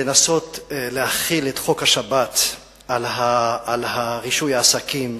לנסות להחיל את חוק השבת על רישוי עסקים,